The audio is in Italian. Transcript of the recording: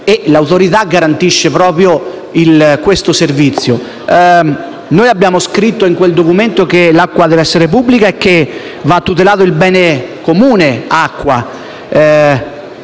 l'Autorità garantisce proprio questo servizio. Noi abbiamo scritto in quel documento che l'acqua deve essere pubblica e che va tutelato il bene comune acqua,